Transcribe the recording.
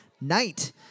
night